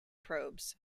probes